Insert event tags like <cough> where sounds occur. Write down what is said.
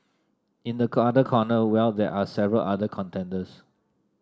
in the <unintelligible> other corner well there are several other contenders